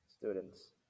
students